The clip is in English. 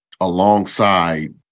alongside